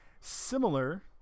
similar